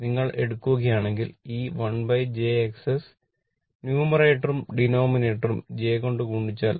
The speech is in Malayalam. നിങ്ങൾ എടുക്കുകയാണെങ്കിൽ ഈ 1jX ന്യൂമറേറ്ററും ഡിനോമിനേറ്ററും j കൊണ്ട് ഗുണിച്ചാൽ